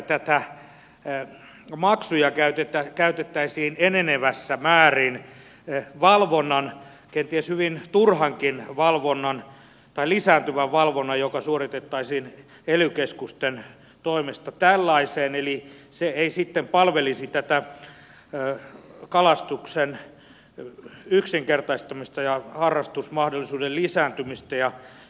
se että näitä maksuja käytettäisiin enenevässä määrin valvontaan kenties hyvin turhaankin valvontaan tai lisääntyvään valvontaan joka suoritettaisiin ely keskusten toimesta eli se ei sitten palvelisi tätä kalastuksen yksinkertaistamista ja harrastusmahdollisuuden lisääntymistä